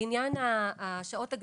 לעניין השעות הגמישות,